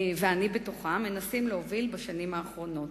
ואני בתוכה מנסים להוביל בשנים האחרונות.